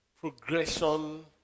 Progression